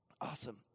Awesome